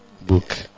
book